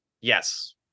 Yes